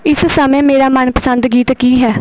ਇਸ ਸਮੇਂ ਮੇਰਾ ਮਨਪਸੰਦ ਗੀਤ ਕੀ ਹੈ